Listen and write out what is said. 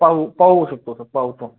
पावू पावू शकतो तो पावतो